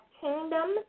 Kingdom